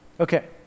Okay